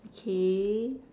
okay